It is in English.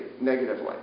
negatively